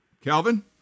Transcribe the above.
calvin